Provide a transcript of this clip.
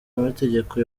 amategeko